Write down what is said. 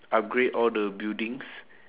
upgrade all the buildings